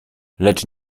lecz